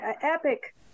epic